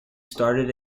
started